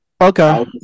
Okay